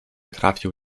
trafił